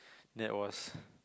that was